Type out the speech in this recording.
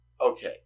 Okay